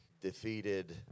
defeated